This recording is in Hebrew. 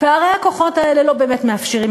פערי הכוחות האלה לא באמת מאפשרים,